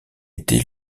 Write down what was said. été